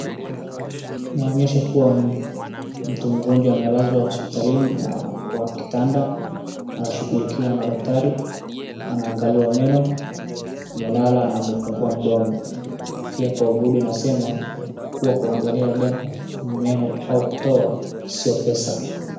Inaonyesha kuwa mtu mgonjwa amelaza hospitalini na ako kwa kitanda anashughulikiwa na daktari, anaangaliwa meno, amelala na amefungua mdomo. Pia kwa ukuta inasema kuangaliwa meno au kutoa sio pesa.